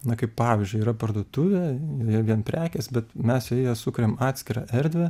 na kaip pavyzdžiui yra parduotuvė joje vien prekės bet mes joje sukuriam atskirą erdvę